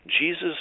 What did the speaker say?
Jesus